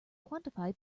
quantified